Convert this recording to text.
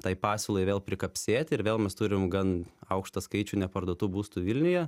tai pasiūlai vėl prikapsėti ir vėl mes turim gan aukštą skaičių neparduotų būstų vilniuje